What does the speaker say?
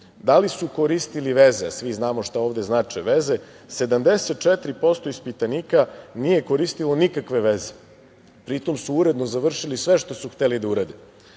da li su koristili veze, a svi znamo šta ovde znače veze, 74% ispitanika nije koristilo nikakve veze, pri tom su uredno završili sve što su hteli da urade.